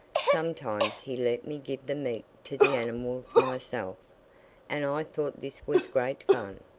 sometimes he let me give the meat to the animals myself and i thought this was great fun.